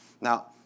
Now